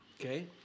Okay